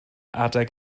adeg